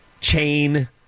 chain